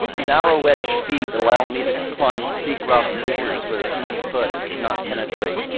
narrow-edged feet allowed me to climb steep rock fissures, where the human foot cannot penetrate,